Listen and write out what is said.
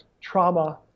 trauma